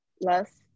less